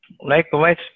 Likewise